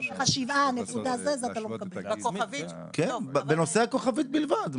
בנושא הכוכבית בלבד.